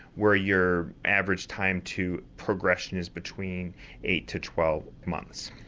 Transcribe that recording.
where your average time to progression is between eight to twelve months.